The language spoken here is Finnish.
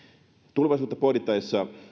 tulevaisuutta pohdittaessa